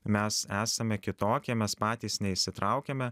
mes esame kitokie mes patys neįsitraukiame